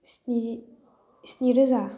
स्नि स्निरोजा